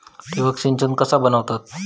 ठिबक सिंचन कसा बनवतत?